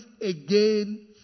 again